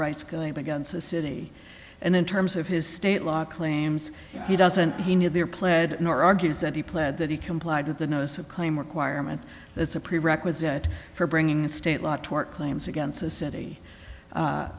rights going against the city and in terms of his state law claims he doesn't he knew there pled nor argues that he pled that he complied with the notice of claim requirement that's a prerequisite for bringing a state law tort claims against the city